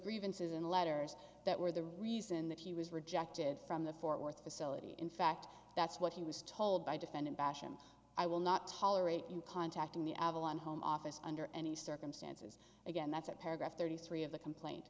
grievances and letters that were the reason that he was rejected from the fort worth facility in fact that's what he was told by defendant bashan i will not tolerate you contacting the avalon home office under any circumstances again that's at paragraph thirty three of the complaint